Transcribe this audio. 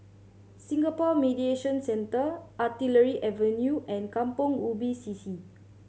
Singapore Mediation Centre Artillery Avenue and Kampong Ubi C C